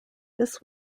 this